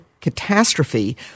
catastrophe